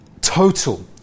total